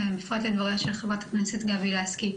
בפרט לדבריה של חברת הכנסת גבי לסקי.